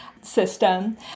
system